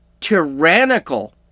tyrannical